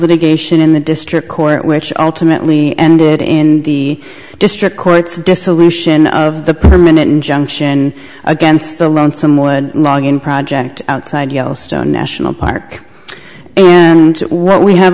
litigation in the district court which ultimately ended in the district court's dissolution of the permanent injunction against the loan somewhat long in project outside yellowstone national park and what we have